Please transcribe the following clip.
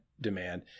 demand